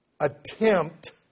attempt